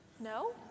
No